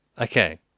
Okay